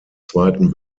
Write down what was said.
zweiten